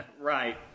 Right